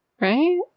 Right